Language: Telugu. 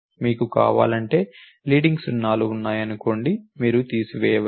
మీకు కావాలంటే లీడింగ్ 0లు ఉన్నాయనుకోండి మీరు తీసివేయవచ్చు